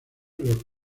los